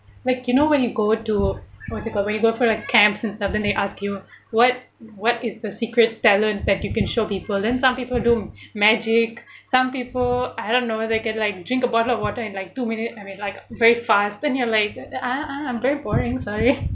like you know when you go to what's it called when you go for like camps and stuff then they ask you what what is the secret talent that you can show people then some people do magic some people I don't know they can like drink a bottle of water in like two minutes I mean like very fast then you're like ah ah I'm very boring sorry